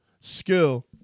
skill